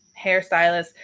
hairstylist